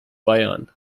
bayern